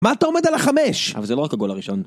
מה אתה עומד על החמש?! אבל זה לא רק הגול הראשון.